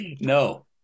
No